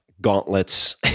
gauntlets